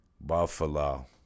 Buffalo